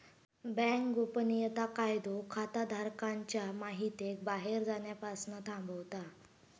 bank गोपनीयता कायदो खाताधारकांच्या महितीक बाहेर जाण्यापासना थांबवता